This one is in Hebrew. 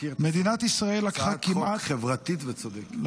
הצעת חוק חברתית וצודקת.